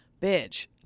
bitch